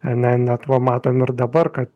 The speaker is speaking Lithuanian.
ne net va matom ir dabar kad